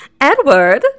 Edward